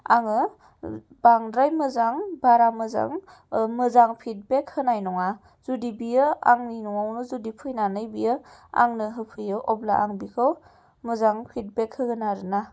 आङो बांद्राय मोजां बारा मोजां मोजां फिडबेक होनाय नङा जुदि बियो आंनि न'आवनो जुदि फैनानै बियो आंनो होफैयो अब्ला आं बिखौ मोजां फिडबेक होगोन आरो ना